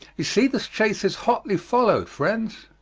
you see this chase is hotly followed, friends